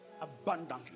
abundantly